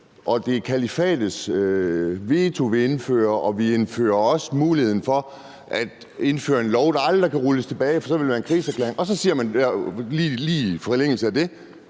og det er kalifatets veto, vi indfører, og vi indfører også muligheden for at indføre en lov, der aldrig kan rulles tilbage, for så ville det være en krigserklæring. Og så siger man lige i forlængelse af det,